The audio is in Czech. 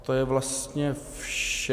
To je vlastně vše.